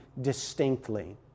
distinctly